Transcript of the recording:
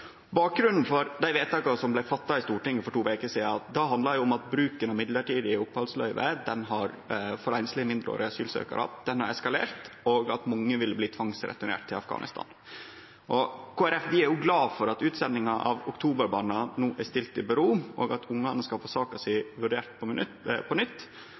Bakgrunnen for dei vedtaka som blei fatta i Stortinget for to veker sidan, var at bruken av midlertidig opphaldsløyve for einslege mindreårige asylsøkjarar har eskalert, og at mange vil bli tvangsreturnerte til Afghanistan. Kristeleg Folkeparti er glad for at utsendinga av oktoberbarna no er sett på vent, og at ungane skal få saka si vurdert på nytt.